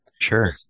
Sure